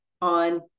on